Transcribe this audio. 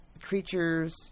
creatures